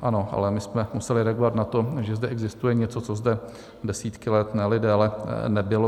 Ano, ale my jsme museli reagovat na to, že zde existuje něco, co zde desítky let, neli déle nebylo.